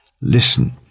Listen